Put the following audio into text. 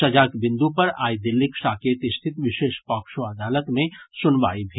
सजाक बिंदु पर आइ दिल्लीक साकेत स्थित विशेष पॉक्सो अदालत मे सुनवाई भेल